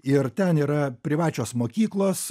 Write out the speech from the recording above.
ir ten yra privačios mokyklos